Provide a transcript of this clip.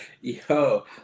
Yo